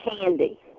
candy